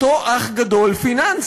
אותו אח גדול פיננסי,